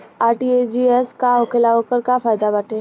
RTGS का होखेला और ओकर का फाइदा बाटे?